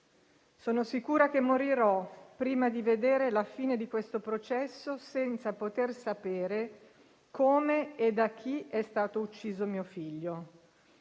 Sono sicura che morirò prima di vedere la fine di questo processo (…) senza poter sapere come e da chi è stato ucciso mio figlio